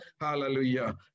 Hallelujah